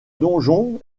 donjon